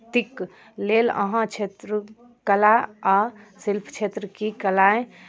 तीक लेल अहाँ क्षेत्र कला आ शिल्प क्षेत्र की कलाएँ